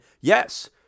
yes